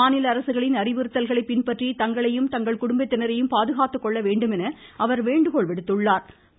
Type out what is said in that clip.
மாநில அரசுகளின் அறிவுறுத்தல்களை பின்பற்றி தங்களையும் தங்கள் குடும்பத்தினரையும் பாதுகாத்துக்கொள்ள வேண்டும் என அவர் வேண்டுகோள் விடுத்துள்ளா்